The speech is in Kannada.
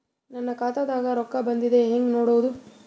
ನನ್ನ ಖಾತಾದಾಗ ರೊಕ್ಕ ಬಂದಿದ್ದ ಹೆಂಗ್ ನೋಡದು?